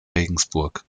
regensburg